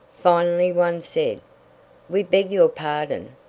finally one said we beg your pardon,